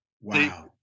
Wow